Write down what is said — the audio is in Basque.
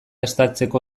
estaltzeko